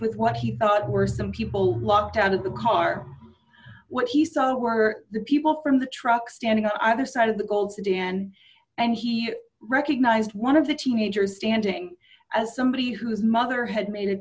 with what he thought were some people locked out of the car what he saw were the people from the truck standing on either side of the gold sedan and he recognized one of the teenagers standing as somebody whose mother had made